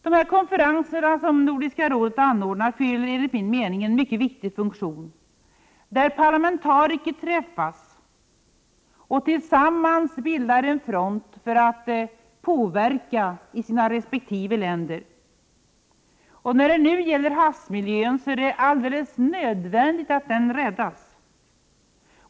Dessa konferenser som Nordiska rådet anordnar fyller enligt min mening en viktig funktion. Där träffas parlamentariker och bildar tillsammans en front för att påverka sina resp. länder. Havsmiljön måste nödvändigtvis räddas.